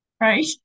Right